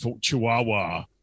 chihuahua